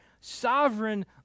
sovereign